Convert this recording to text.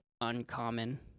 uncommon